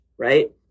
Right